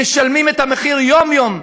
משלמים את המחיר יום-יום,